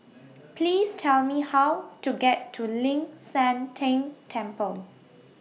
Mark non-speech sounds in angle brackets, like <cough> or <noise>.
<noise> Please Tell Me How to get to Ling San Teng Temple